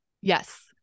Yes